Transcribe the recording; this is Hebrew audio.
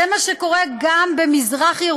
זה מה שקורה גם במזרח-ירושלים,